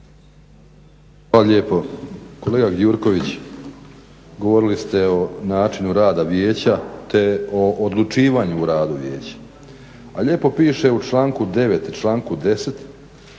Hvala lijepo. Kolega Gjurković govorili ste o načinu rada vijeća te o odlučivanju u radu vijeća. A lijepo piše u članku 9. i članku 10.